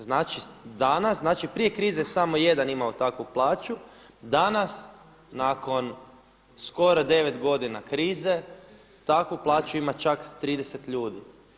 Znači danas, znači prije krize samo je jedan imao takvu plaću, danas nakon skoro 9 godina krize takvu plaću ima čak 30 ljudi.